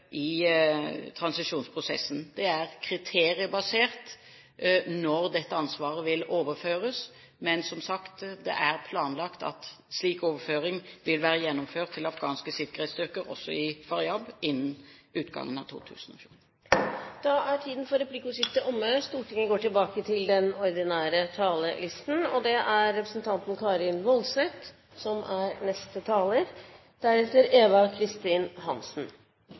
i transisjonsprosessen. Det er kriteriebasert når dette ansvaret vil overføres, men som sagt er det planlagt at slik overføring vil være gjennomført til afghanske sikkerhetsstyrker også i Faryab innen utgangen av 2014. Replikkordskiftet er omme. Jeg vil også takke utenriksministeren for